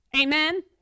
Amen